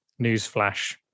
newsflash